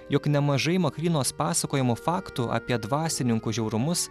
jog nemažai makrynos pasakojamų faktų apie dvasininkų žiaurumus